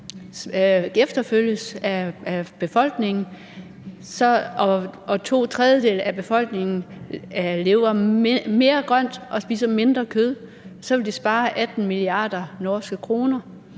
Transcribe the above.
følges af befolkningen, og hvis to tredjedele af befolkningen lever mere grønt og spiser mindre kød, så vil de spare 18 mia. norske kroner.